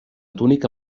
túnica